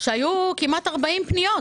שהיו כמעט 40 פניות,